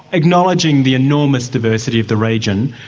acknowledging the enormous diversity of the region,